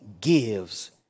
gives